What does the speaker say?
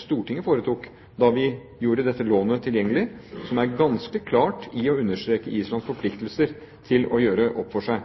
Stortingets vedtak da vi gjorde dette lånet tilgjengelig, som er ganske klart når det gjelder å understreke Islands forpliktelser til å gjøre opp for seg.